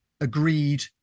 agreed